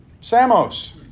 Samos